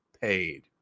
paid